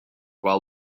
while